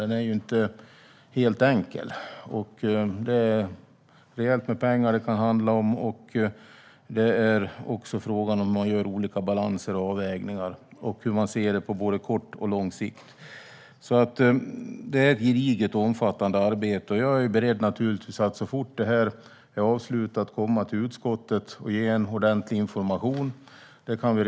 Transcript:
Det är väl ingen nyhet; jag har sagt det förut. Frågan är inte helt enkel. Det kan handla om rejält med pengar. Det är också fråga om olika balanser och avvägningar och hur man ser på det på både kort och lång sikt. Det är ett gediget och omfattande arbete. Jag är naturligtvis beredd att komma till utskottet och ge ordentlig information så fort det är avslutat.